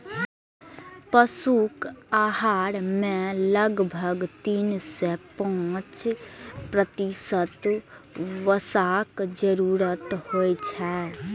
पशुक आहार मे लगभग तीन सं पांच प्रतिशत वसाक जरूरत होइ छै